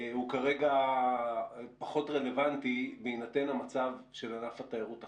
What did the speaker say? הוא כרגע פחות רלוונטי בהינתן המצב של ענף התיירות עכשיו.